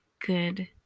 good